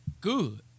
Good